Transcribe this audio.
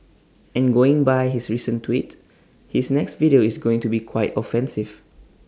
and going by his recent tweet his next video is going to be quite offensive